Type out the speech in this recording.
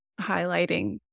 highlighting